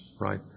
right